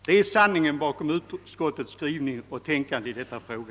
Det är sanningen bakom utskottets skrivning och tänkande i denna fråga.